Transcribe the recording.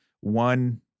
one